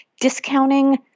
discounting